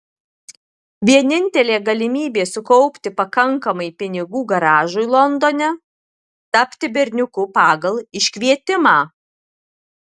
vienintelė galimybė sukaupti pakankamai pinigų garažui londone tapti berniuku pagal iškvietimą